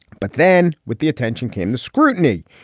but then with the attention came the scrutiny,